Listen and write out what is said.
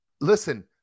listen